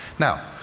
now.